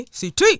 CT